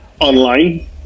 online